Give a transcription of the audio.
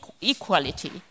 equality